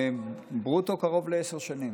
ברוטו קרוב לעשר שנים.